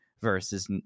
versus